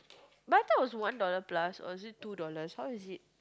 but I thought it was one dollar plus or is it two dollars how is it